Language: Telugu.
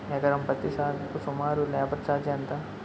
ఎకరం పత్తి సాగుకు సుమారు లేబర్ ఛార్జ్ ఎంత?